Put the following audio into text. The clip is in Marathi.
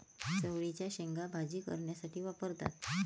चवळीच्या शेंगा भाजी करण्यासाठी वापरतात